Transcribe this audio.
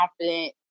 confident